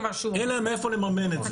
אין להם מאיפה לממן את זה.